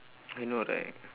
I know right